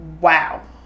wow